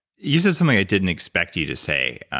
you said something i didn't expect you to say.